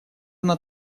она